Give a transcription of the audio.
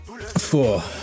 four